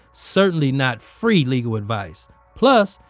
certainly not free legal advice plus,